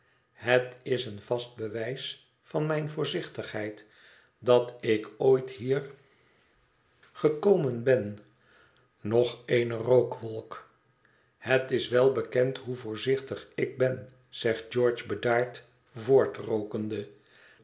het is een vast bewijs van mijne voorzichtigheid dat ik ooit hier gekomen ben nog eene rookwolk het is wel bekend hoé voorzichtig ik ben zegt george bedaard